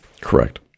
Correct